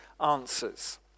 answers